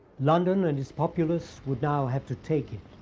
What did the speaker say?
london and its populace would now have to take it.